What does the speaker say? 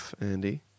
Andy